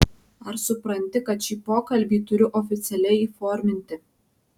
ar supranti kad šį pokalbį turiu oficialiai įforminti